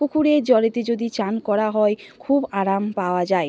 পুকুরের জলেতে যদি চান করা হয় খুব আরাম পাওয়া যায়